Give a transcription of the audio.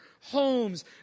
homes